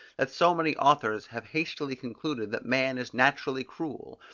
that so many authors have hastily concluded that man is naturally cruel,